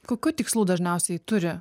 kokių tikslų dažniausiai turi